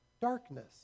darkness